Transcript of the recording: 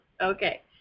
Okay